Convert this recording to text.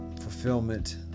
fulfillment